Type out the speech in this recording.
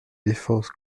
défense